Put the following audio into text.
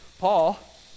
Paul